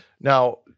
Now